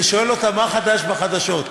ושואל אותה מה חדש בחדשות.